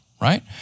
right